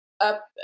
up